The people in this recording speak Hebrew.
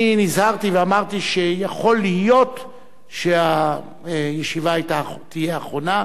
אני נזהרתי ואמרתי שיכול להיות שהישיבה תהיה אחרונה.